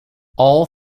all